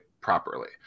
properly